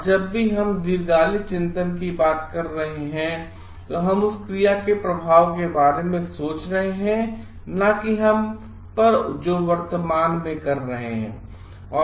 और जब भी हम इसदीर्घकालिकचिंतनकी बात कर रहे हैं हम उस क्रिया के प्रभाव के बारे में सोच रहे हैं न कि हम पर जो हम वर्तमान में कर रहे हैं